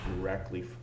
directly